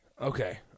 Okay